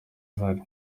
zari